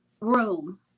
room